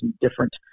different